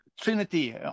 Trinity